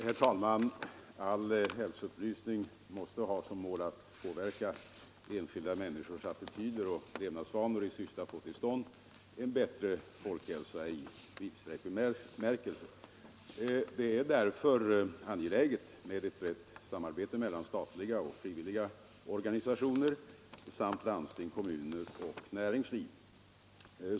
Herr talman! All hälsoupplysning måste ha som mål att påverka enskilda människors attityder och levnadsvanor i syfte att få till stånd en bättre folkhälsa i vidsträckt bemärkelse. Ett samarbete mellan statliga och frivilliga organisationer samt landsting, kommuner och näringsliv är därför angeläget.